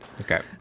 okay